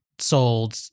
Sold